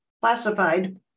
classified